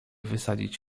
wysadzić